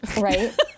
Right